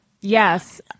Yes